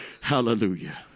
Hallelujah